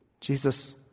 Jesus